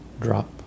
drop